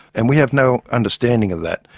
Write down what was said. and we have no understanding of that.